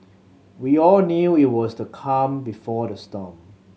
we all knew if it was the calm before the storm